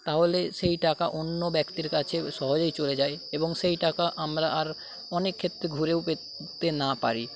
তাহলে সেই টাকা অন্য ব্যক্তির কাছে সহজেই চলে যায় এবং সেই টাকা আমরা আর অনেক ক্ষেত্রে ঘুরেও পেতে না পারি